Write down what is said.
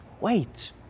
wait